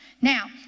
Now